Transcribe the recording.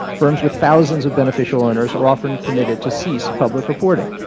firms with thousands of beneficial owners are often permitted to cease public reporting.